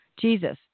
Jesus